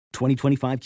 2025